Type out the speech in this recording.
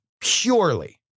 purely